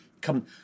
come